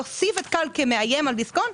להוסיף את כאל כמאיים על דיסקונט,